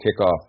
kickoff